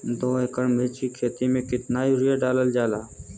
दो एकड़ मिर्च की खेती में कितना यूरिया डालल जाला?